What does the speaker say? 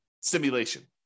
simulation